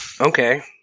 okay